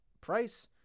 price